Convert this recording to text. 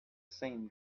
same